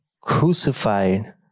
crucified